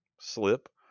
slip